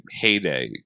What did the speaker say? heyday